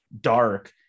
dark